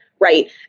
right